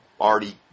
already